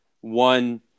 one